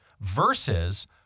versus